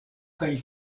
kaj